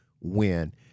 win